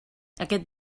aquest